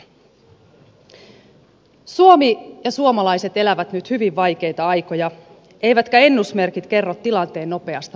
suomi ja suomalaiset elävät nyt hyvin vaikeita aikoja eivätkä ennusmerkit kerro tilanteen nopeasta muuttumisesta